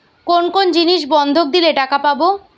কোন কোন জিনিস বন্ধক দিলে টাকা পাব?